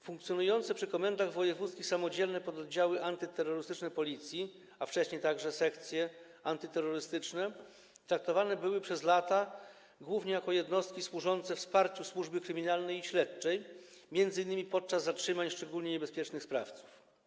Funkcjonujące przy komendach wojewódzkich samodzielne pododdziały antyterrorystyczne Policji, a wcześniej także sekcje antyterrorystyczne traktowane były przez lata głównie jako jednostki służące wsparciu służby kryminalnej i śledczej, m.in. podczas zatrzymań szczególnie niebezpiecznych sprawców.